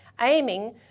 aiming